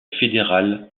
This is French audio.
fédéral